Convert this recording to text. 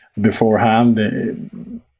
beforehand